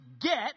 get